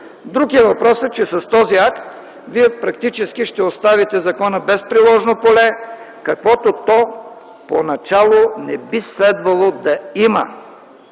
Друг е въпросът, че с този акт вие практически ще оставите закона без приложно поле, каквото поначало не би следвало да има.